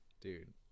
dude